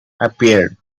appeared